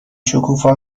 شکوفا